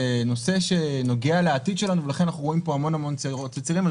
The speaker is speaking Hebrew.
זה נושא שנוגע לעתיד שלנו ולכן אנחנו רואים כאן המון צעירות וצעירים.